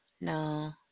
no